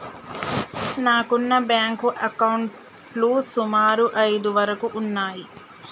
నాకున్న బ్యేంకు అకౌంట్లు సుమారు ఐదు వరకు ఉన్నయ్యి